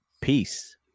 Peace